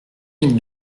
mille